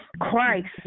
Christ